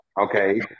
okay